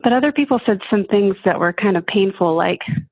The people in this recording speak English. and other people said some things that were kind of painful, like,